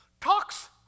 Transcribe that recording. talks